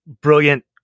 brilliant